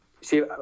see